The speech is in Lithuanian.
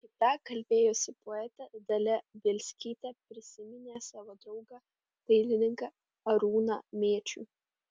kita kalbėjusi poetė dalia bielskytė prisiminė savo draugą dailininką arūną mėčių